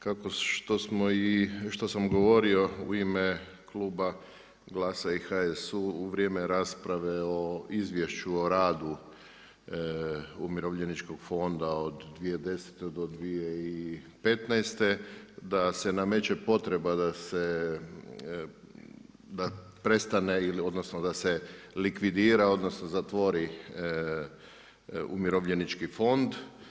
Kao što sam i govorio u ime kluba GLAS-a i HSU u vrijeme rasprave o izvješću o radu umirovljeničkog fonda od 2010. do 2015. da se nameće potreba da se da prestane, odnosno, da se likvidira, odnosno zatvori umirovljenički fond.